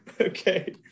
Okay